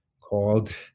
called